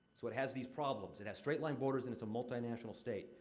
so, it has these problems it has straight-line borders and it's a multinational state.